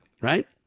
Right